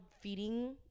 feeding